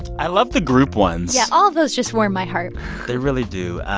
ah love the group ones yeah. all those just warm my heart they really do.